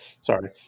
Sorry